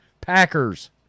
Packers